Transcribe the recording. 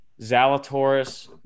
Zalatoris